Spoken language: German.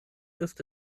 ist